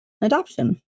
adoption